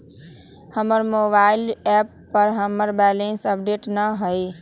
हमर mobile app पर हमर बैलेंस अपडेट न हई